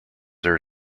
her